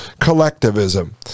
collectivism